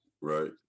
right